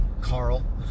Carl